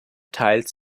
teilt